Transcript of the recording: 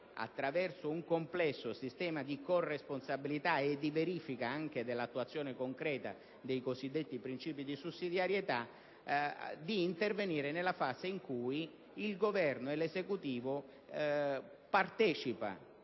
attraverso un complesso sistema di corresponsabilità e di verifica dell'attuazione concreta dei cosiddetti principi di sussidiarietà, nella fase in cui il Governo partecipa,